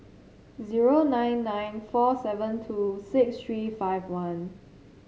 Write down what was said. zero nine nine four seven two six three five one